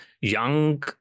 young